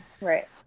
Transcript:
right